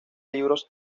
libros